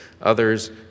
others